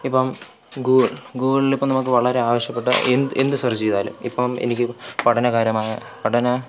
ഇപ്പം ഗൂൾ ഗൂഗിളിപ്പം നമുക്ക് വളരെ ആവശ്യപ്പെട്ട എന്ത് എന്തു സെർച്ച് ചെയ്താലും ഇപ്പം എനിക്ക് പഠനകരമായ പഠന